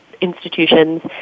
institutions